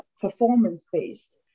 performance-based